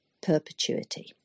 perpetuity